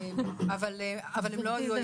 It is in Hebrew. אבל הם לא היו היחידים.